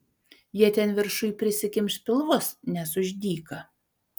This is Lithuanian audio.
jie ten viršuj prisikimš pilvus nes už dyka